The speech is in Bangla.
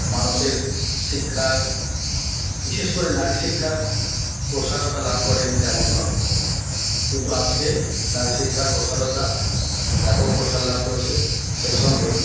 মানুষের শিক্ষার বিশেষ করে নারী শিক্ষার প্রসারতা লাভ করে নি তেমনভাবে কিন্তু আজকে নারী শিক্ষার প্রসারতা ব্যাপক প্রসার লাভ করেছে সেই সঙ্গে